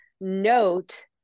note